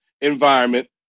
environment